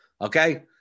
okay